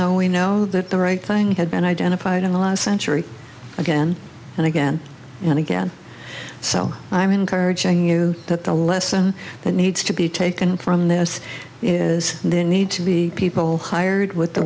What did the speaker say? though we know that the right thing had been identified in the last century again and again and again so i'm encouraging you that the lesson that needs to be taken from this is the need to be people hired with the